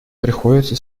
приходится